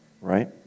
right